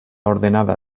ordenada